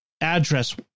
address